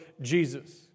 Jesus